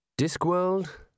Discworld